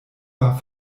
war